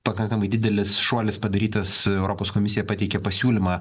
pakankamai didelis šuolis padarytas europos komisija pateikė pasiūlymą